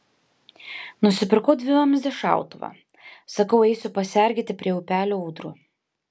nusipirkau dvivamzdį šautuvą sakau eisiu pasergėti prie upelio ūdrų